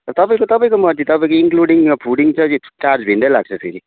तपाईँको तपाईँको मर्जी तपाईँको इन्क्लुडिङ फुडिङ चाहिँ चार्ज भिन्नै लाग्छ फेरि